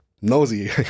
nosy